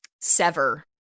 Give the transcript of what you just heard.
Sever